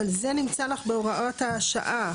אבל זה נמצא לך בהוראות השעה,